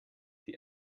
die